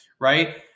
right